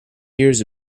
years